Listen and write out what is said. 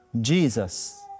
Jesus